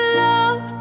love